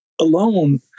alone